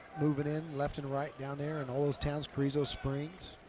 moving in left and right down there, and all those towns, carrizo springs.